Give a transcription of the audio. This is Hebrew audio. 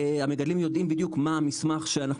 המגדלים יודעים בדיוק מה המסמך או